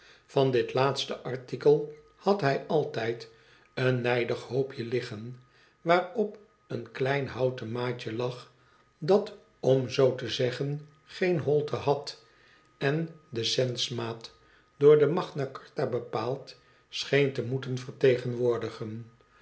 van dit laatste artikel had hij altijd een nijdig hoopje liggen waarop een klein houten maatje lag dat om zoo te zeggen geen holte had en de centsmaat door de magna charta bepaald scheen te moeten vertegenwoordigen